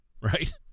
Right